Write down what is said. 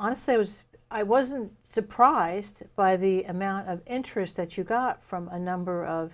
honestly i was i wasn't surprised by the amount of interest that you got from a number of